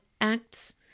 acts